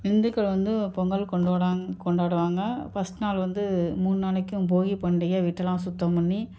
இந்துக்கள் வந்து பொங்கல் கொண்டோடாங் கொண்டாடுவாங்க ஃபர்ஸ்ட் நாள் வந்து மூணு நாளைக்கும் போகி பண்டிகை வீட்டெல்லாம் சுத்தம் பண்ணி